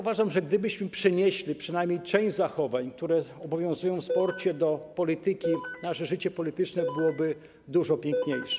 Uważam, że gdybyśmy przenieśli przynajmniej część zachowań, które obowiązują w sporcie, do polityki, nasze życie polityczne byłoby dużo piękniejsze.